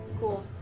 Cool